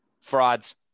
frauds